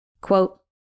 Quote